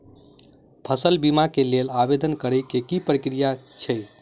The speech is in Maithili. फसल बीमा केँ लेल आवेदन करै केँ प्रक्रिया की छै?